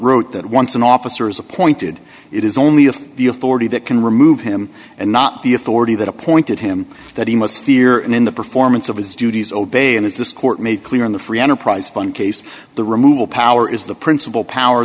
wrote that once an officer is appointed it is only if the authority it can remove him and not the authority that appointed him that he must fear and in the performance of his duties obey and is this court made clear in the free enterprise fund case the removal power is the principal power